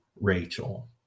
Rachel